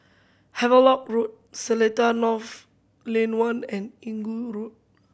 Havelock Road Seletar North Lane One and Inggu Road